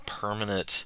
permanent